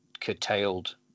curtailed